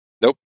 Nope